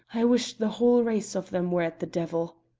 i wish the whole race of them were at the devil.